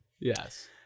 Yes